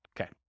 Okay